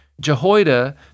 Jehoiada